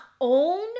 own